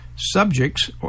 Subjects